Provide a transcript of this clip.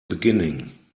beginning